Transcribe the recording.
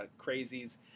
crazies